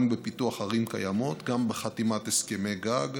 גם בפיתוח ערים קיימות, גם בחתימת הסכמי גג,